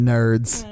Nerds